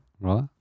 right